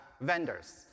vendors